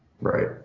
Right